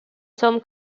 some